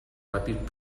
ràpid